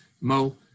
Mo